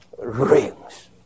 rings